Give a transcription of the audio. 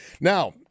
Now